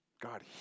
God